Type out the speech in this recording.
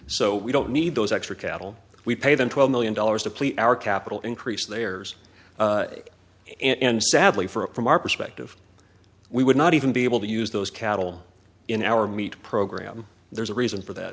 so we don't need those extra cattle we pay them twelve million dollars deplete our capital increase theirs and sadly for from our perspective we would not even be able to use those cattle in our meat program there's a reason for that